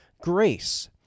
grace